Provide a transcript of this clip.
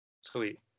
Sweet